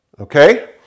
Okay